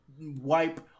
wipe